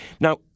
Now